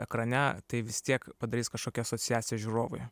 ekrane tai vis tiek padarys kažkokią asociaciją žiūrovui